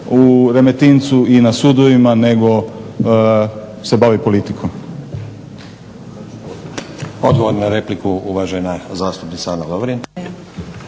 u Remetincu i na sudovima nego se bavi politikom.